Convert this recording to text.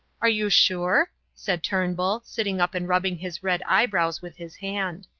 are you sure? said turnbull, sitting up and rubbing his red eyebrows with his hand.